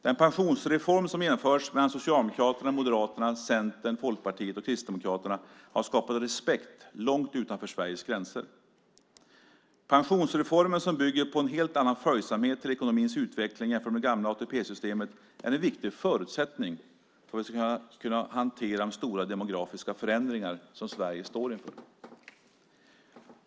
Den pensionsreform som har genomförts mellan Socialdemokraterna, Moderaterna, Centern, Folkpartiet och Kristdemokraterna har skapat respekt långt utanför Sveriges gränser. Pensionsreformen som bygger på en helt annan följsamhet till ekonomins utveckling jämfört med det gamla ATP-systemet är en viktig förutsättning för att vi ska kunna hantera de stora demografiska förändringar som Sverige står inför.